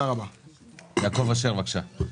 יעקב אשר, בקשה.